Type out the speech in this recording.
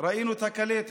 ראינו את הקלטת.